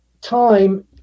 time